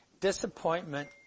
disappointment